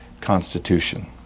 constitution